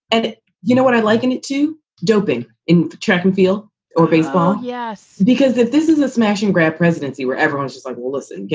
and you know what? i'd liken it to doping in track and field or baseball. yes. because if this is a smash and grab presidency where everyone's just like, listen,